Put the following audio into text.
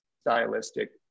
stylistic